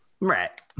Right